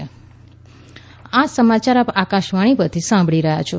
corona appeal આ સમાચાર આપ આકાશવાણી પરથી સાંભળી રહ્યા છો